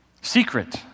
secret